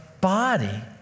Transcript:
body